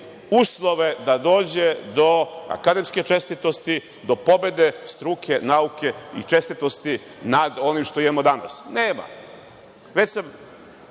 uslove da dođe do akademske čestitosti, do pobede, do struke, nauke i čestitosti nad onim što imamo danas? Nema. Već sam